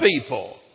people